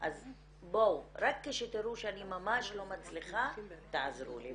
בואו, רק כשתראו שאני ממש לא מצליחה, תעזרו לי.